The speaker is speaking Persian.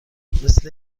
مثل